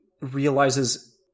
realizes